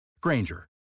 Granger